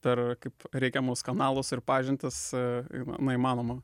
per kaip reikiamus kanalus ir pažintis na įmanoma